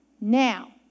Now